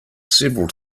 several